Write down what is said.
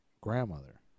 grandmother